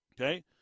Okay